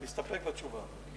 להסתפק בתשובה.